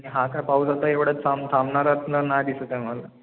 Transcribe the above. हा काय पाऊस आता एवढ्यात थांब थांबणाऱ्यातला नाही दिसतं आहे मला